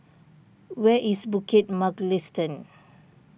where is Bukit Mugliston